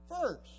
first